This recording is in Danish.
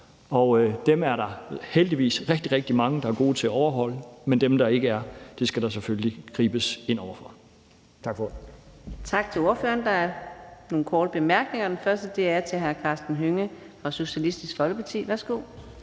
og dem er der heldigvis rigtig, rigtig mange der er gode til at overholde, men dem, der ikke er, skal der selvfølgelig gribes ind over for. Tak for ordet. Kl. 14:54 Fjerde næstformand (Karina Adsbøl): Tak til ordføreren. Der er nogle korte bemærkninger. Den første er til hr. Karsten Hønge fra Socialistisk Folkeparti. Værsgo.